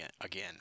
again